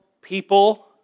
people